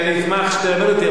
אני אשמח שתלמד אותי,